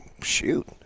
shoot